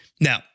Now